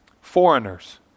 Foreigners